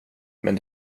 men